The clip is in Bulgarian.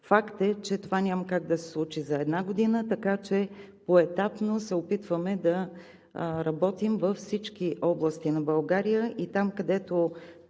Факт е, че това няма как да се случи за една година, така че поетапно се опитваме да работим във всички области на България и там, където